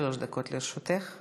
שלוש דקות לרשותך.